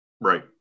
Right